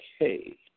Okay